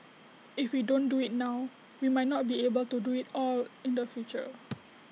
if we don't do IT now we might not be able do IT at all in the future